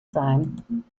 sein